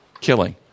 killing